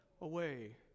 away